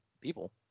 people